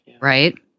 right